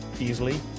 easily